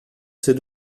ces